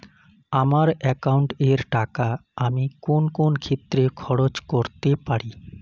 আমার একাউন্ট এর টাকা আমি কোন কোন ক্ষেত্রে খরচ করতে পারি?